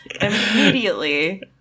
immediately